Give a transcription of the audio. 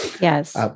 Yes